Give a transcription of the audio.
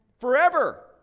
forever